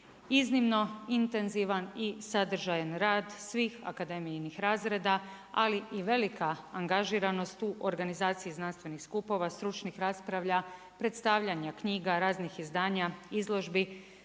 iznimno intenzivan i sadržajan rad svih akademijinih razreda, ali i velika angažiranost u organizacijski znanstvenih skupa, stručnih rasprava, predstavljanja knjiga raznih izdanja, izložbi.